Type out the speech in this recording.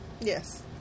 Yes